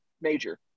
major